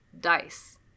dice